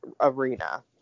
arena